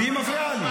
היא מפריעה לי.